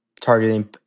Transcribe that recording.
targeting